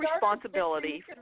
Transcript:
responsibility